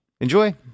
Enjoy